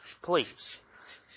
Please